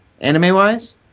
anime-wise